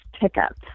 pickup